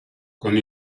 con